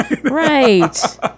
Right